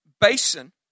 basin